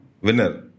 Winner